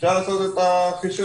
אפשר לעשות את החישוב.